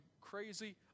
crazy